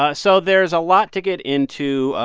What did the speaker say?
ah so there is a lot to get into.